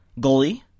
goalie